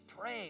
pray